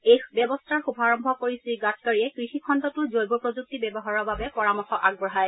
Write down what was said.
এই ব্যৱস্থাৰ শুভাৰম্ভ কৰি শ্ৰীগাডকাৰীয়ে কৃষিখণ্ডতো জৈৱ প্ৰযুক্তি ব্যৱহাৰৰ বাবে পৰামৰ্শ আগবঢ়ায়